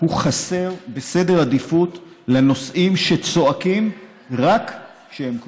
הוא חסר בסדר עדיפויות לנושאים שצועקים רק כשהם קורים.